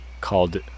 called